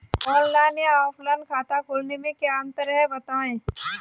Online या offline खाता खोलने में क्या अंतर है बताएँ?